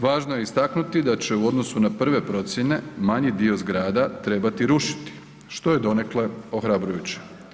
Važno je istaknuti da će u odnosu na prve procijene manji dio zgrada trebati rušiti, što je donekle ohrabrujuće.